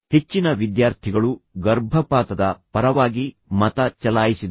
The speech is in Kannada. ಹೆಚ್ಚಿನ ವಿದ್ಯಾರ್ಥಿಗಳು ಗರ್ಭಪಾತದ ಪರವಾಗಿ ಮತ ಚಲಾಯಿಸಿದರು